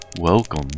Welcome